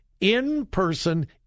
in-person